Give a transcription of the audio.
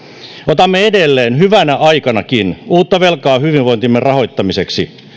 otamme edelleen hyvänä aikanakin uutta velkaa hyvinvointimme rahoittamiseksi